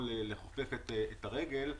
לכופף את הרגל,